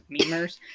Memers